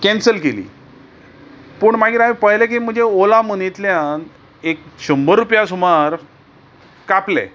cancel केली पूण मागीर हांवें पळयलें की म्हजे ओला मनींतल्यान एक शंबर रुप्या सुमार कापले